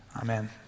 Amen